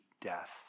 death